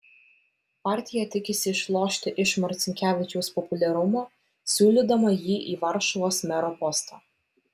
partija tikisi išlošti iš marcinkevičiaus populiarumo siūlydama jį į varšuvos mero postą